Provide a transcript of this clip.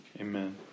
amen